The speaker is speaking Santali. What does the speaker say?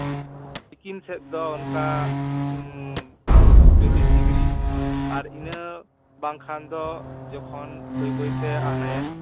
ᱛᱤᱠᱤᱱ ᱥᱮᱫ ᱫᱚ ᱚᱱᱠᱟ ᱪᱚᱞᱞᱤᱥ ᱰᱤᱜᱽᱨᱤ ᱟᱨ ᱤᱱᱟᱹ ᱵᱟᱝᱠᱷᱟᱱ ᱫᱚ ᱡᱚᱠᱷᱚᱱ ᱵᱟᱹᱭᱼᱵᱟᱹᱭᱛᱮ ᱦᱟᱱᱮ